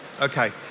Okay